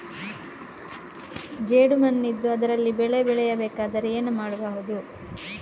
ಜೇಡು ಮಣ್ಣಿದ್ದು ಅದರಲ್ಲಿ ಬೆಳೆ ಬೆಳೆಯಬೇಕಾದರೆ ಏನು ಮಾಡ್ಬಹುದು?